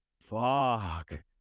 fuck